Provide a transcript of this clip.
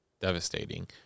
devastating